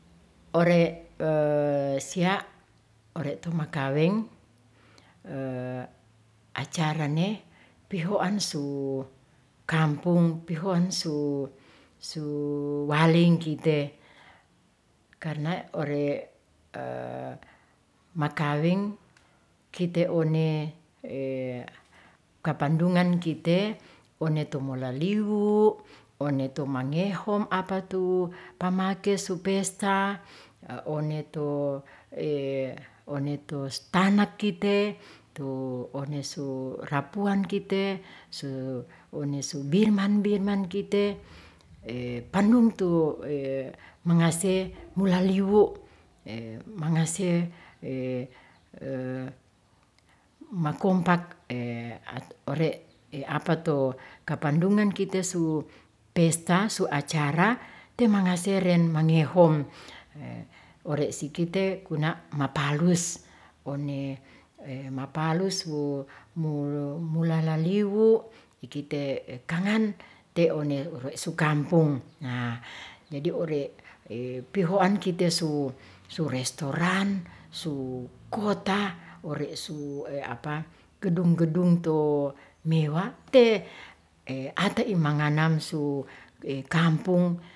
Ore' sia ore' tumakaweng acara ne pihoan su kampung, pihoan su waleng kite, karna ore' makaweng kite one kapandungan kite one tomolaliwu one to mangehom apatu pamake su pesta one tu stanak kite tu onesu rapuan kite, onesu birman-birman kite, panuntu mengase mulaliwu' mangase makompak ore' apatu kapandungan kitesu pesta su acara te mangase ren mangehom ore' sikite kuna' mapalus one mapalus wo mulalaliwu' ikite' kangan te one su kampung, jadi ore' pihoan kite su restoran, su kota, ore' su gedung-gedung to mewah te ate i manganamsu kampung